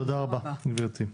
תודה רבה גברתי.